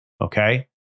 Okay